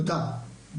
תודה.